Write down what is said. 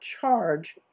charge